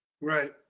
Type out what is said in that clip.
Right